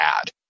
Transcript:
add